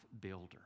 builder